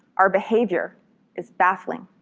our behavior is baffling.